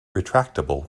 retractable